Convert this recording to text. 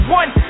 one